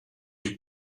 you